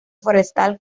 forestal